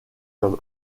comme